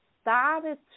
started